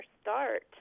start